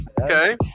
Okay